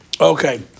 Okay